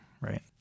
right